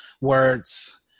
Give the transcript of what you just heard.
words